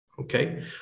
okay